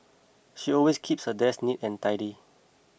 she always keeps her desk neat and tidy